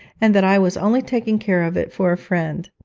and that i was only taking care of it for a friend.